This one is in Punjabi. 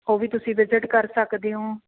ਉਹ ਵੀ ਤੁਸੀਂ ਵਿਜਿਟ ਕਰ ਸਕਦੇ ਓਂ